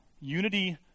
unity